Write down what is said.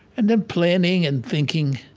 and then planning and thinking.